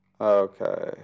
Okay